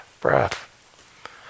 breath